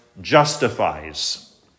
justifies